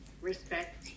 respect